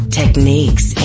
techniques